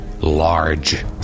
large